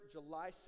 July